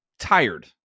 tired